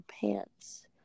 pants